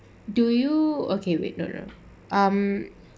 do you okay wait no no um